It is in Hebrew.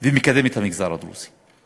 ומקדם את המגזר הדרוזי.